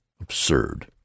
absurd